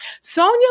Sonia